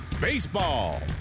Baseball